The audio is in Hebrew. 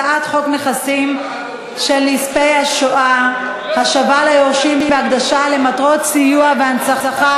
הצעת חוק נכסים של נספי השואה (השבה ליורשים והקדשה למטרות סיוע והנצחה)